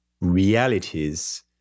realities